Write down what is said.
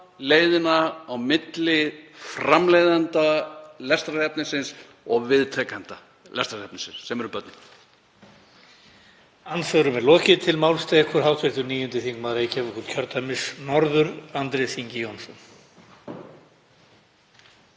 leiðina á milli framleiðenda lestrarefnisins og viðtakenda lestrarefnisins sem eru börnin.